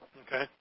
Okay